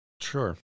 sure